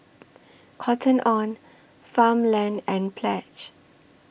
Cotton on Farmland and Pledge